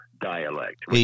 dialect